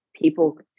people